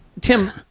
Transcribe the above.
Tim